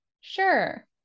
sure